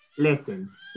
Listen